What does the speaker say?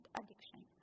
addiction